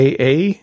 AA